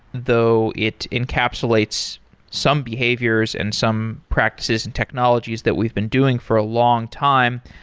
though it encapsulates some behaviors and some practices and technologies that we've been doing for a long time.